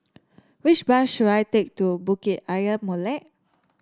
which bus should I take to Bukit Ayer Molek